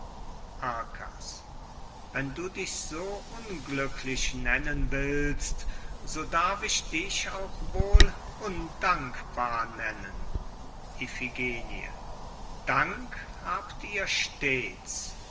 wenn du dich so unglücklich nennen willst so darf ich dich auch wohl undankbar nennen iphigenie dank habt ihr stets